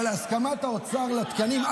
אבל הסכמת האוצר לתקנים,